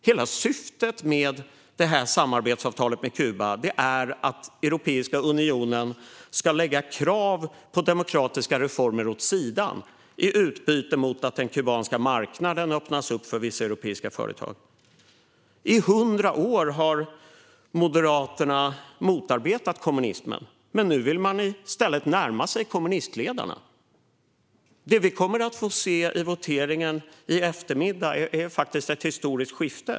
Hela syftet med samarbetsavtalet med Kuba är att Europeiska unionen ska lägga krav på demokratiska reformer åt sidan i utbyte mot att den kubanska marknaden öppnas upp för vissa europeiska företag. I 100 år har Moderaterna motarbetat kommunismen. Nu vill man i stället närma sig kommunistledarna. Det vi kommer att få se vid voteringen i eftermiddag är faktiskt ett historiskt skifte.